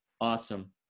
Awesome